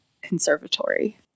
conservatory